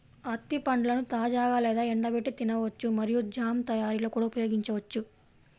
అత్తి పండ్లను తాజాగా లేదా ఎండబెట్టి తినవచ్చు మరియు జామ్ తయారీలో కూడా ఉపయోగించవచ్చు